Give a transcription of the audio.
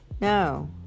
no